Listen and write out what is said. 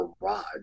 garage